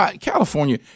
California